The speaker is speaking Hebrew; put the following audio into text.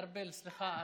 ארבל, סליחה.